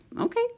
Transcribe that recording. okay